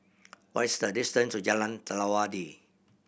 what is the distance to Jalan Telawi